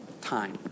time